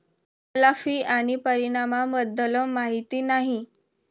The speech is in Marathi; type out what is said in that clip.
मला फी आणि परिणामाबद्दल माहिती नाही